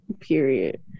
Period